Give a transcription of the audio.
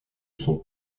son